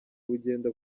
bugenda